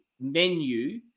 menu